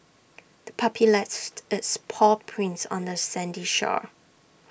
the puppy lefts its paw prints on the sandy shore